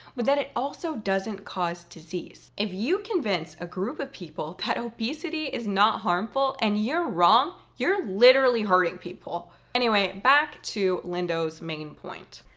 but that it also doesn't cause disease. if you convince a group of people that obesity is not harmful and you're wrong, you're literally hurting people. anyway, back to lindo's main point.